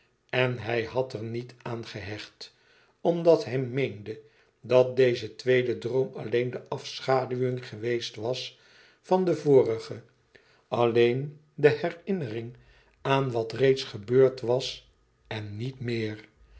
en hij had er niet aan gehecht omdat hij meende dat deze tweede droom alleen de afschaduwing geweest was van den vorige alleen de herinnering aan wat reeds gebeurd was en niet meer